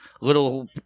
Little